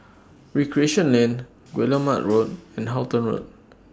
Recreation Lane Guillemard Road and Halton Road